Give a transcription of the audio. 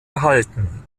erhalten